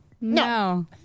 No